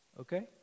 Okay